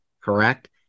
correct